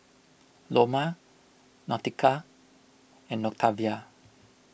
Loma Nautica and Octavia